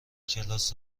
کلاس